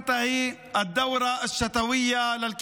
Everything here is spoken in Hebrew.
(אומר דברים בשפה הערבית, להלן תרגומם: